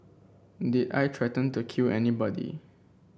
did I threaten to kill anybody